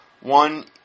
One